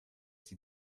sie